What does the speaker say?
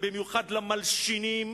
ובמיוחד למלשינים,